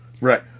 Right